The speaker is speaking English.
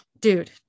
dude